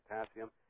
potassium